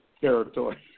territory